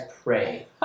pray